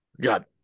Got